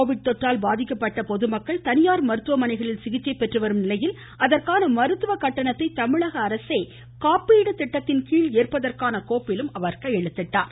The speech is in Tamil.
கோவிட் தொற்றால் பாதிக்கப்பட்ட பொதுமக்கள் தனியார் மருத்துவமனைகளில் சிகிச்சை பெற்று வரும் நிலையில் அதற்கான மருத்துவ கட்டணத்தை தமிழக அரசே காப்பீடு திட்டத்தின் கோப்பிலும் கீழ் ஏற்பதற்கான அவர் கையெழுத்திட்டார்